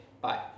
bye